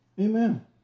Amen